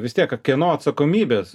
vis tiek kieno atsakomybės